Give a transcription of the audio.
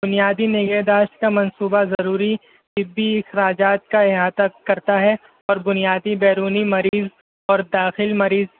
بنیادی نگہ داشت کا منصوبہ ضروری طبی اخراجات کا احاطہ کرتا ہے اور بنیادی بیرونی مریض اور داخل مریض